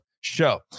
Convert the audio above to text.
show